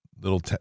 little